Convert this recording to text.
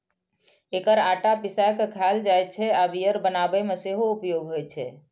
एकर आटा पिसाय के खायल जाइ छै आ बियर बनाबै मे सेहो उपयोग होइ छै